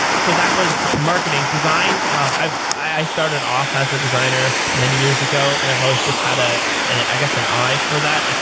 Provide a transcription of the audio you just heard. so that was marketing. design, i started off as a designer many years ago and i've always just had ah i guess an eye for that.